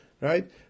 Right